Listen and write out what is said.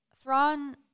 Thrawn